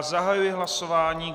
Zahajuji hlasování.